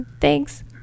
Thanks